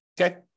Okay